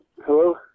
Hello